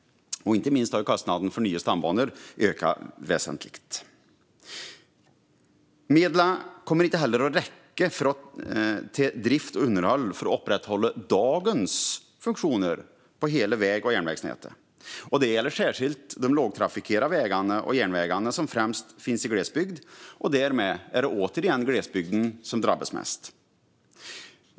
Inte minst har kostnaderna för nya stambanor ökat väsentligt. Medlen kommer inte heller att räcka till drift och underhåll för att upprätthålla dagens funktioner på hela väg och järnvägsnätet. Det gäller särskilt de lågtrafikerade vägarna och järnvägarna som främst finns i glesbygd, och därmed är det återigen glesbygden som drabbas mest.